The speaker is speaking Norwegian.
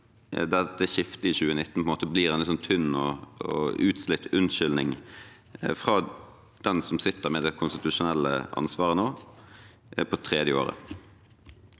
dersom skiftet i 2019 blir en litt tynn og utslitt unnskyldning fra den som sitter med det konstitusjonelle ansvaret, nå på tredje året.